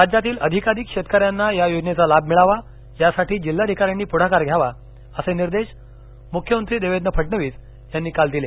राज्यातील अधिकाधिक शेतकऱ्यांना या योजनेचा लाभ मिळावा यासाठी जिल्हाधिकाऱ्यांनी पुढाकार घ्यावा असे निर्देश मुख्यमंत्री देवेंद्र फडणवीस यांनी काल दिले